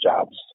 jobs